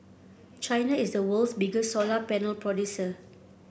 China is the world's biggest solar panel producer